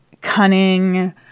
Cunning